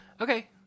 Okay